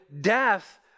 death